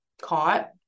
caught